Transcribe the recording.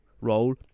role